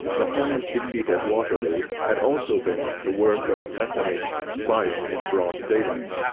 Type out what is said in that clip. napoleon's defeat at waterloo had also been the work of metternich's spying in broad daylight.